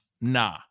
Nah